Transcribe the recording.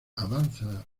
avanza